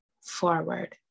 forward